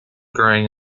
growing